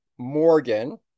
Morgan